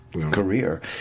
career